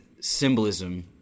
symbolism